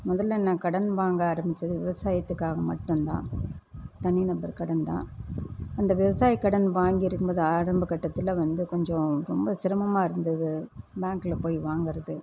முதல்ல நான் கடன் வாங்க ஆரமித்தது விவசாயதுக்காக மட்டும்தான் தனி நபர் கடன் தான் அந்த விவசாய கடன் வாங்கி இருக்கும்போது ஆரம்ப கட்டத்தில் வந்து கொஞ்சம் ரொம்ப சிரமமாக இருந்தது பேங்கில் போய் வாங்கிறது